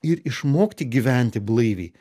ir išmokti gyventi blaiviai